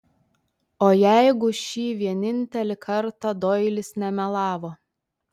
o jeigu šį vienintelį kartą doilis nemelavo